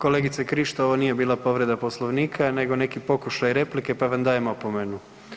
Kolegice Krišto, ovo nije bila povreda Poslovnika nego neki pokušaj replike pa vam dajem opomenu.